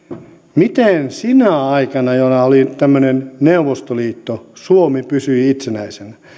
miten sinä aikana jona oli tämmöinen neuvostoliitto suomi pysyi itsenäisenä